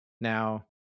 Now